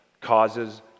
causes